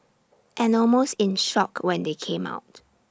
and almost in shock when they came out